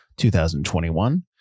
2021